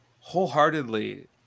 wholeheartedly